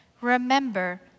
remember